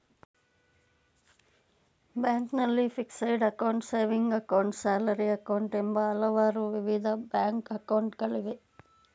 ಬ್ಯಾಂಕ್ನಲ್ಲಿ fixed account, saving account, salary account, ಎಂಬ ಹಲವಾರು ವಿಧದ ಬ್ಯಾಂಕ್ ಅಕೌಂಟ್ ಗಳಿವೆ